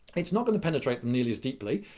it's not going to penetrate and nearly as deeply,